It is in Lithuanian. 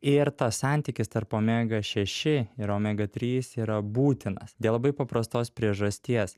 ir tas santykis tarp omega šeši ir omega trys yra būtinas dėl labai paprastos priežasties